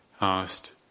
asked